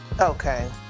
Okay